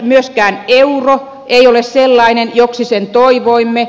myöskään euro ei ole sellainen joksi sen toivoimme